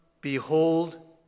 behold